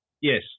Yes